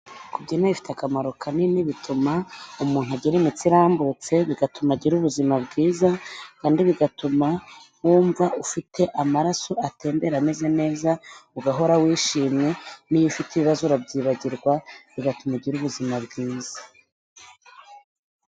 Kubyina bifite akamaro kanini. Bituma umuntu agira imitsi irambutse, bigatuma agira ubuzima bwiza. Kandi bigatuma wumva ufite amaraso atembera ameze neza. Ugahora wishimye n'iyo ufite ibibazo urabyibagirwa ,bigatuma ugira ubuzima bwiza.